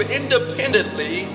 independently